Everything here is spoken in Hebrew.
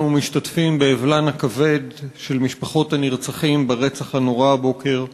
אנחנו משתתפים באבלן הכבד של משפחות הנרצחים ברצח הנורא הבוקר.